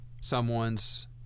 someone's